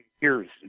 years